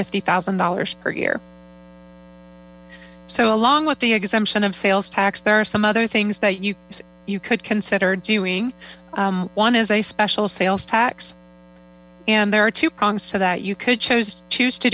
fifty thousand dollars per year so along with the exemption of sales tax there are some other things that you you could consider doing one is a special sales tax and there are two prongs to that you could chose choose to